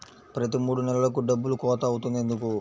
ప్రతి మూడు నెలలకు డబ్బులు కోత అవుతుంది ఎందుకు?